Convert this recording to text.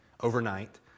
overnight